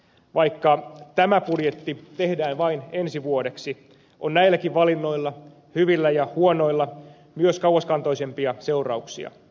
vaikka tämä budjetti tehdään vain ensi vuodeksi on näilläkin valinnoilla hyvillä ja huonoilla myös kauaskantoisempia seurauksia